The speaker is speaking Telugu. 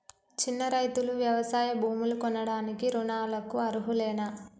చిన్న రైతులు వ్యవసాయ భూములు కొనడానికి రుణాలకు అర్హులేనా?